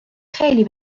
خیلی